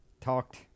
talked